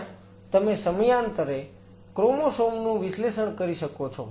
જ્યાં તમે સમયાંતરે ક્રોમોસોમ નું વિશ્લેષણ કરી શકો છો